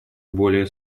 более